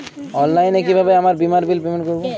অনলাইনে কিভাবে আমার বীমার বিল পেমেন্ট করবো?